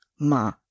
Ma